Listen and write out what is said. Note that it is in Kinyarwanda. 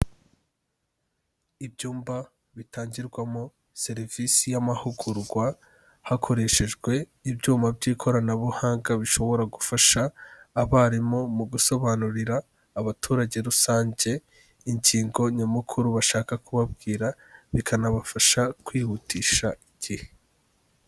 Ibyumba bitangirwamo serivisi y'amahugurwa hakoreshejwe ibyuma by'ikoranabuhanga, bishobora gufasha abarimu mu gusobanurira abaturage rusange ingingo nyamukuru bashaka kubabwira, bikanabafasha kwihutisha igihe.